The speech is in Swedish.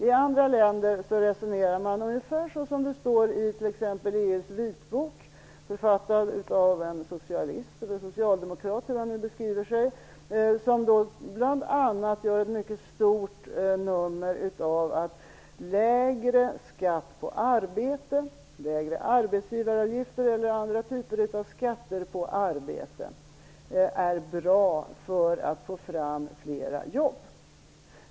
I andra länder resonerar man ungefär som i t.ex. EU:s vitbok författad av en socialist eller socialdemokrat, eller hur han nu beskriver sig. Det görs bl.a. ett mycket stort nummer av att lägre skatt på arbete, lägre arbetsgivaravgifter eller en sänkning av andra typer av skatter på arbete är bra för att få fram flera jobb.